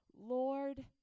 Lord